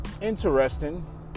Interesting